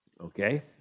okay